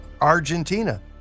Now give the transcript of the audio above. Argentina